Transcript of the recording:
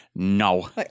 No